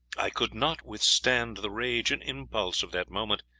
i could not withstand the rage and impulse of that moment,